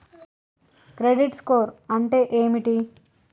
Credit score అంటే ఏమిటి?